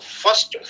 first